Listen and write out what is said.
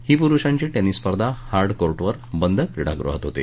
ही पुरुषांची टेनिस स्पर्धा हार्ड कोर्टवर बंद क्रीडागृहात होते